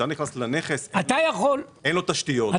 כשאני נכנס לנכס אין לו תשתיות,